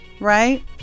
right